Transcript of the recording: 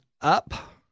up